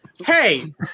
Hey